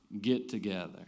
get-together